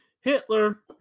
Hitler